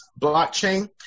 blockchain